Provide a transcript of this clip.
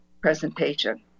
presentation